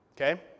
Okay